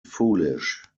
foolish